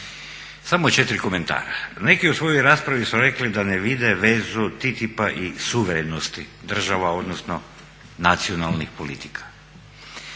Samo 4 komentara. Neki u svojoj raspravi su rekli da ne vide vezu TTIP-a i suverenosti država, odnosno nacionalnih politika.